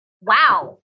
wow